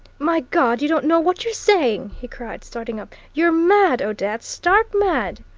my god! you don't know what you're saying, he cried, starting up. you're mad, odette, stark mad!